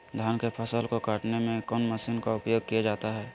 धान के फसल को कटने में कौन माशिन का उपयोग किया जाता है?